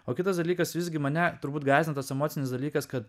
o kitas dalykas visgi mane turbūt gąsdina tas emocinis dalykas kad